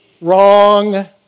Wrong